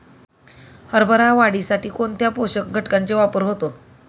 हरभरा वाढीसाठी कोणत्या पोषक घटकांचे वापर होतो?